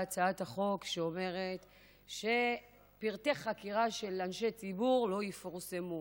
להצעת החוק שאומרת שפרטי חקירה של אנשי ציבור לא יפורסמו,